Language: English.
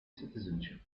citizenship